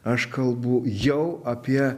aš kalbu jau apie